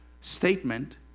statement